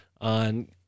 on